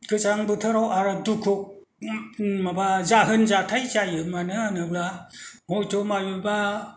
गोजां बोथोराव आरो दुखु माबा जाहोन जाथाय जायो मानो होनोब्ला हयथ' बबेबा